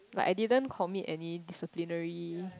like I didn't commit any disciplinary